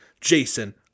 Jason